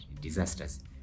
disasters